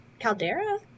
Caldera